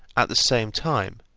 at the same time,